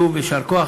שוב, יישר כוח.